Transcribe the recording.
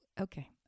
okay